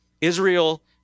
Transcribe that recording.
Israel